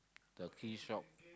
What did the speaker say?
the key shop